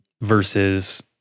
Versus